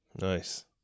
Nice